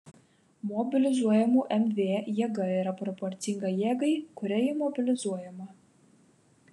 mobilizuojamų mv jėga yra proporcinga jėgai kuria ji mobilizuojama